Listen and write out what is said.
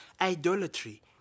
idolatry